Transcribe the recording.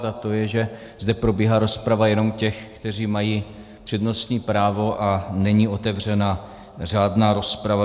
A to je, že zde probíhá rozprava jenom těch, kteří mají přednostní právo, a není otevřena řádná rozprava.